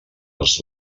els